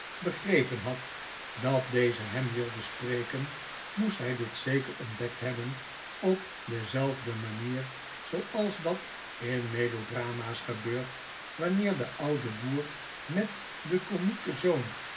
begrepen had dat deze hem wilde spreken moest hij dit zeker ontdekt hebben op dezelfde manier zooals dat in melodrama's gebeurt wanneer de oude boer met den komieken zoon